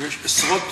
יש עשרות